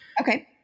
Okay